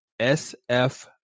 SF